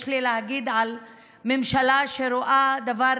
יש לי מה להגיד על ממשלה שרואה את זה שהדבר